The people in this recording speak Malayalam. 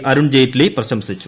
അരുൺ ജെയ്റ്റ്ലി പ്രശംസിച്ചു